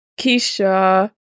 Keisha